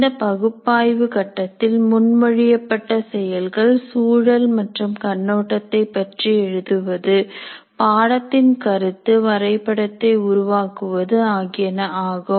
இந்த பகுப்பாய்வு கட்டத்தில் முன்மொழியப்பட்ட செயல்கள் சூழல் மற்றும் கண்ணோட்டத்தைப் பற்றி எழுதுவது பாடத்தின் கருத்து வரைபடத்தை உருவாக்குவது ஆகியன ஆகும்